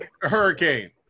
hurricane